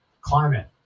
climate